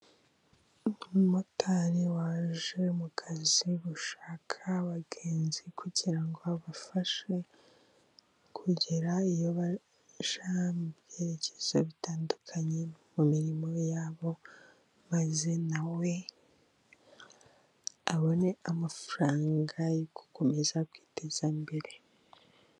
Umumotari waje mu kazi gushaka abagenzi, kugira ngo abafashe kugera iyo bajya mu byerekezo bitandukanye, mu mirimo yabo maze na we abone amafaranga yo gukomeza kwiteza imbere.